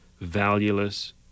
valueless